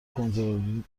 کنترلی